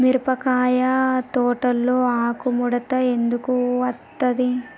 మిరపకాయ తోటలో ఆకు ముడత ఎందుకు అత్తది?